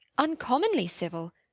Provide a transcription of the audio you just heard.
uncommonly civil.